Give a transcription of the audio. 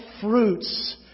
fruits